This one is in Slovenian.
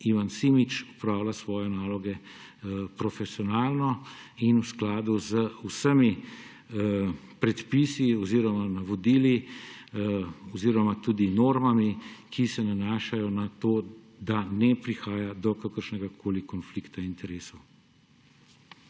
Ivan Simič opravlja svoje naloge profesionalno in v skladu z vsemi predpisi oziroma navodili oziroma tudi normami, ki se nanašajo na to, da ne prihaja do kakršnegakoli konflikta interesov.